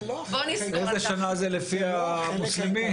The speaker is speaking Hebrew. איזו שנה זה לפי המוסלמי?